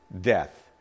death